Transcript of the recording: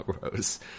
rose